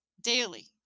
daily